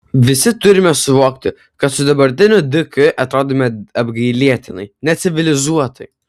visi turime suvokti kad su dabartiniu dk atrodome apgailėtinai necivilizuotai